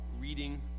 reading